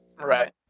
right